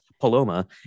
Paloma